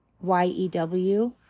Y-E-W